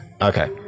Okay